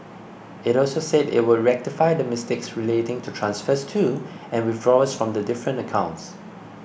it also said it would rectify the mistakes relating to transfers to and withdrawals from the different accounts